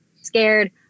scared